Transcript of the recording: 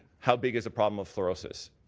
how big is the problem of fluorisis?